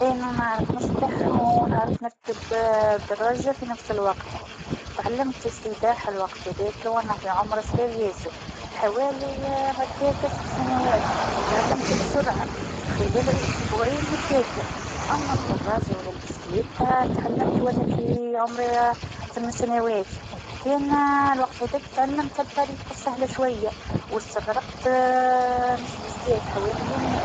الشخص العادي يمكن ينفق حوالي مئتين دينار أسبوعيًا على الطعام، يعني حوالي ثمانمئة دينار شهريًا. الأسعار تختلف حسب المكان، لكن هذا تقدير عام. الطعام مهم للصحة، ولازم نختار ما هو صحي ومتوازن.